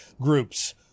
groups